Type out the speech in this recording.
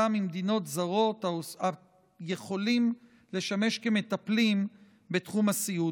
ממדינות זרות היכולים לשמש מטפלים בתחום הסיעוד.